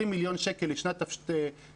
20 מיליון שקלים לשנת תש”פ,